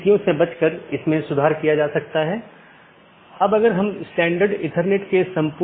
और EBGP में OSPF इस्तेमाल होता हैजबकि IBGP के लिए OSPF और RIP इस्तेमाल होते हैं